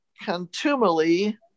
contumely